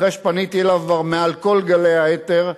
אחרי שפניתי אליו כבר מעל כל גלי האתר: